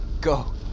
Go